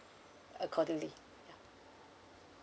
accordingly yeah